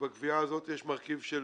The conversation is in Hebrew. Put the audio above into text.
שבגבייה הזו יש מרכיב של